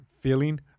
feeling